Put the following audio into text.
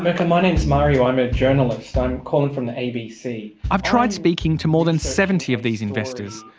look my name is mario, i'm a journalist, i'm calling from the abc. i've tried speaking to more than seventy of these investors.